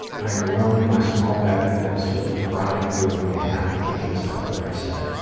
i am alone in my small bedroom that is filled with rotting food and half the kitchen's cutlery set.